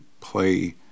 play